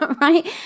right